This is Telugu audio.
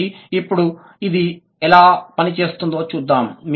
కాబట్టి ఇప్పుడు ఇది ఎలా పనిచేస్తుందో చూద్దాం